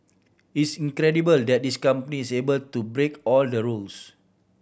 it's incredible that this company is able to break all the rules